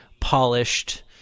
polished